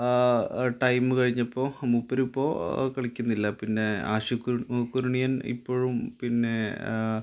time കഴിഞ്ഞപ്പോള് മൂപ്പരിപ്പോള് കളിക്കുന്നില്ല പിന്നെ ആഷിക്ക് കുരുണിയൻ ഇപ്പോഴും പിന്നെ